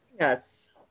Yes